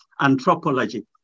anthropology